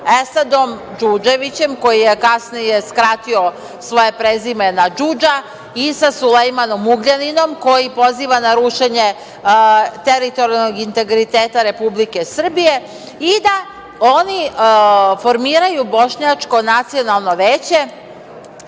Esadom DŽudževićem koji je kasnije skratio svoje prezime na DŽudža i sa Sulejmanom Ugljaninom koji poziva na rušenje teritorijalnog integriteta Republike Srbije i da oni formiraju Bošnjačko nacionalno veće